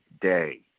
day